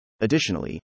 Additionally